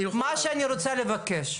מה שאני רוצה לבקש,